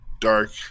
dark